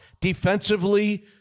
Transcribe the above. defensively